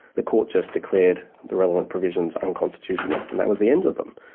the court just declared the relevant provisions unconstitutional, and that was the end of them.